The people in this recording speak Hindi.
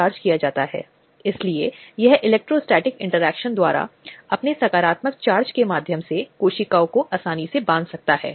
निजता और गोपनीयता के लिए पूछें जो आपके मूल अधिकारों में से एक है